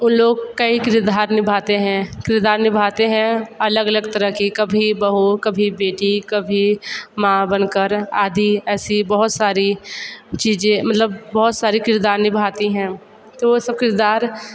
उन लोग कई किरदार निभाते हैं किरदार निभाते हैं अलग अलग तरह के कभी बहू कभी बेटी कभी माँ बनकर आदि ऐसी बहुत सारी चीज़ें मतलब बहुत सारी किरदार निभाती हैं तो वो सब किरदार